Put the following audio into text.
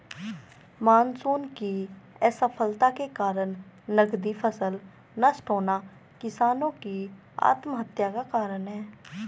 monsoon की असफलता के कारण नकदी फसल नष्ट होना किसानो की आत्महत्या का कारण है